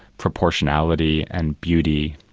proportionality and beauty,